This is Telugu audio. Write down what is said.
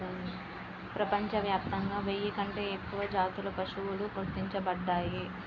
ప్రపంచవ్యాప్తంగా వెయ్యి కంటే ఎక్కువ జాతుల పశువులు గుర్తించబడ్డాయి